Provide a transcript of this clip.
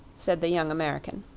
said the young american.